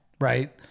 Right